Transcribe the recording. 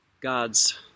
God's